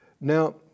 Now